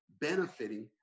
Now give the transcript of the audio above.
benefiting